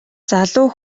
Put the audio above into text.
залуу